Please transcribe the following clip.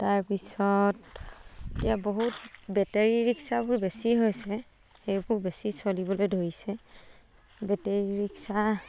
তাৰপিছত এতিয়া বহুত বেটেৰী ৰিক্সাবোৰ বেছি হৈছে সেইবোৰ বেছি চলিবলৈ ধৰিছে বেটেৰী ৰিক্সা